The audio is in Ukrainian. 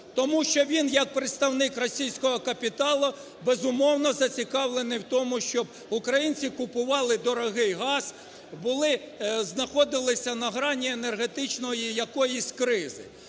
тому що він як представник російського капіталу, безумовно, зацікавлений у тому, щоб українці купували дорогий газ, були… знаходились на грані енергетичної якоїсь кризи.